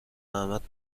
احمد